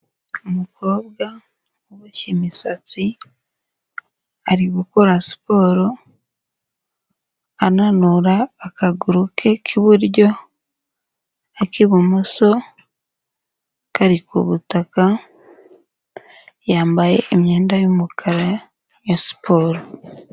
Umukobwa uboshye imisatsi ari gukora siporo, ananura akaguru ke k'iburyo, ak'ibumoso kari ku butaka, yambaye imyenda y'umukara ya siporo.